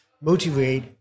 motivate